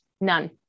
none